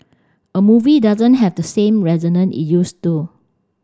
a movie doesn't have the same resonance it used to